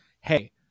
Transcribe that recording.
Hey